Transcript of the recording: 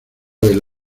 del